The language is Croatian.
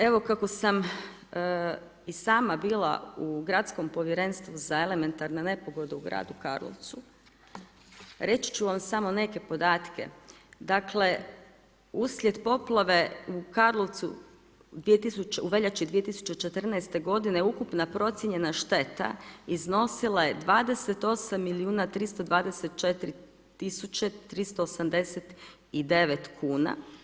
Evo kako sam i sama bila u gradskom povjerenstvu za elementarne nepogode u gradu Karlovcu, reći ću vam samo neke podatke, dakle, uslijed poplave u Karlovcu u veljači 2014. .g ukupna procijenjena šteta iznosila je 28 milijuna 324 tisuće 389 kn.